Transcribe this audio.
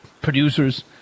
producers